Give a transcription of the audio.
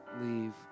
leave